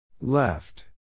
Left